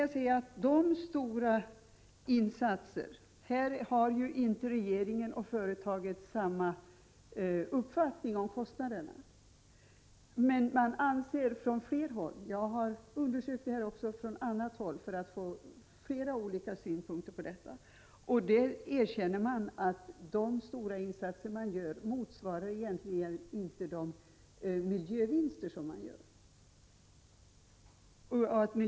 Regeringen och företaget har inte samma uppfattning om kostnader för de stora insatser som regeringen kräver. Man anser från flera håll — jag har undersökt uppfattningen om detta också på annat håll för att få flera synpunkter på det — att de stora insatser som krävs inte egentligen motsvarar de miljövinster man gör med dem.